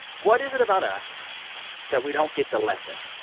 what is it about us that we don't get the lesson?